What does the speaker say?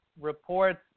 Reports